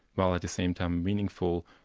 while at the same time meaningful,